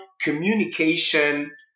communication